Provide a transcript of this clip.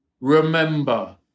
remember